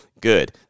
good